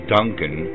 Duncan